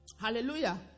Hallelujah